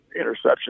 interception